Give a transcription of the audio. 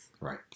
Right